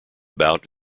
bout